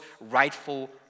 rightful